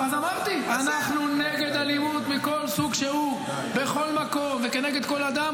אז אמרתי: אנחנו נגד אלימות מכל סוג שהוא בכל מקום וכנגד כל אדם,